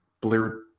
blurred